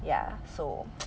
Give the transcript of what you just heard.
ya so